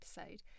episode